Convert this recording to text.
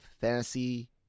Fantasy